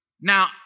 Now